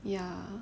ya